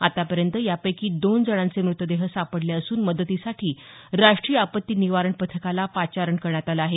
आतापर्यंत यापैकी दोन जणांचे मृतदेह सापडले असून मदतीसाठी राष्ट्रीय आपत्ती निवारण पथकाला पाचारण करण्यात आलं आहे